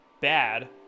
bad